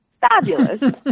Fabulous